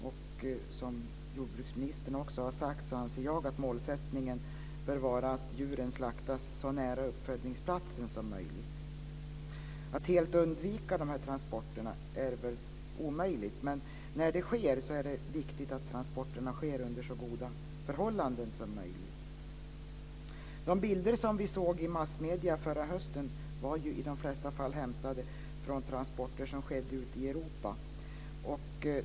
I likhet med vad jordbruksministern har sagt anser jag att målsättningen bör vara att djuren slaktas så nära uppfödningsplatsen som möjligt. Att helt undvika dessa transporter är väl omöjligt, men när de sker är det viktigt att det är under så goda förhållanden som möjligt. De bilder vi såg i massmedierna förra hösten var i de flesta fall hämtade från transporter som skedde ute i Europa.